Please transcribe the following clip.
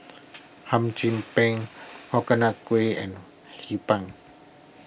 Hum Chim Peng Coconut Kuih and Hee Pan